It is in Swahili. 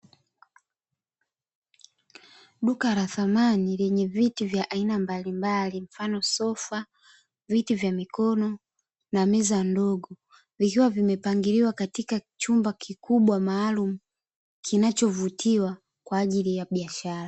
Duka la thamani lenye vitu vya aina mbalimbali kama sofa, viti vya mikono na meza ndogo vikiwa vimepangiliwa katika chumba kikubwa maalumu kinachovutiwa kwa ajili ya biashara.